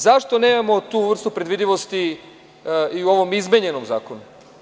Zašto nemamo tu vrstu predvidivosti i u ovom izmenjenom zakonu?